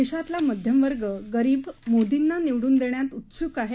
देशातला मध्यम वर्गीय गरीब मोदिंना निवडून देण्यात डेछ्क आहे